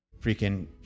freaking